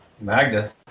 Magda